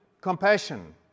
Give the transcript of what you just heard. compassion